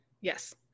Yes